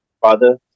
father